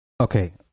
Okay